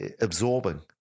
absorbing